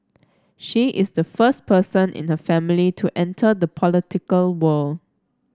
she is the first person in her family to enter the political world